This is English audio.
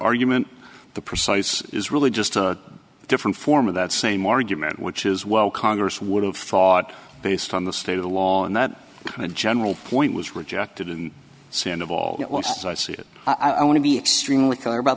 argument the precise is really just a different form of that same argument which is well congress would have fought based on the state of the law and that kind of general point was rejected in sin of all i see it i want to be extremely clear about